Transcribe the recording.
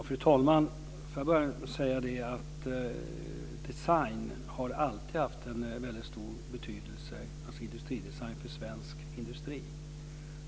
Fru talman! Industridesign har alltid haft en väldigt stor betydelse för svensk industri.